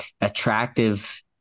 attractive